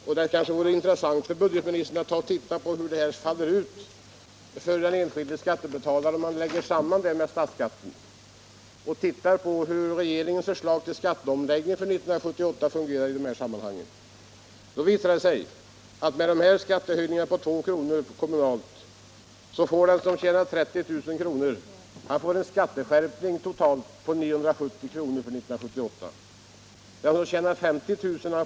Det vore kanske intressant för budgetministern att se hur detta faller ut för den enskilde skattebetalaren när man lägger samman statsoch kommunalskatt och tar hänsyn till hur regeringens förslag till skatteomläggning 1978 fungerar i detta sammanhang. Det visar sig att med en kommunalskattehöjning på 2 kr. får den som tjänar 30 000 kr. totalt en skatteskärpning på 970 kr. för 1978. Den som tjänar 50 000 kr.